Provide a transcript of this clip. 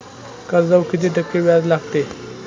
कर्जावर किती टक्के व्याज लागते?